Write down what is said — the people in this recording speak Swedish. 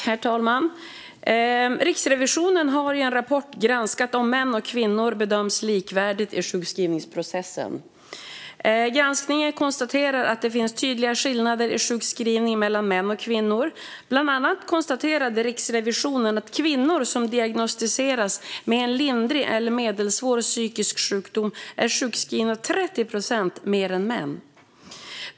Herr talman! Riksrevisionen har i en rapport granskat om män och kvinnor bedöms likvärdigt i sjukskrivningsprocesser. Granskningen konstaterar att det finns tydliga skillnader i sjukskrivning mellan män och kvinnor. Bland annat konstaterade Riksrevisionen att kvinnor som diagnostiseras med en lindrig eller medelsvår psykisk sjukdom är sjukskrivna 30 procent mer än män.